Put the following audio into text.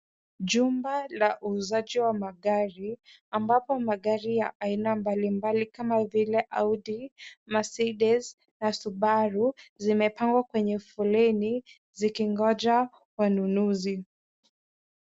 Chumba la uuzaji wa magari ambapo magari ya aina mbalimbali kama vile audi, mercedes na subaru zimepangwa kwenye foleni zikingoja wanunuzi.